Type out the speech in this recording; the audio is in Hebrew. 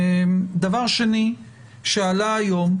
דבר שני שעלה היום,